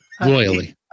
Royally